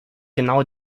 genau